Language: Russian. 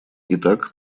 итак